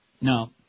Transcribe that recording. No